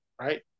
right